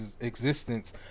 existence